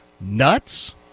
nuts